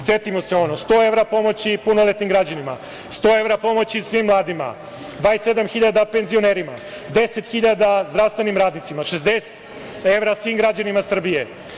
Setimo se 100 evra pomoći punoletnim građanima, 100 evra pomoći svim mladima, 27.000 penzionerima, 10.000 zdravstvenim radnicima, 60 evra svim građanima Srbije.